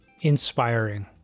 inspiring